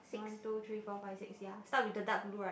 one two three four five six ya start with the dark blue right